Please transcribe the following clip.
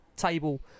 table